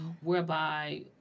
whereby